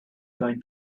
going